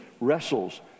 wrestles